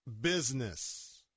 business